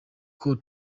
col